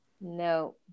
No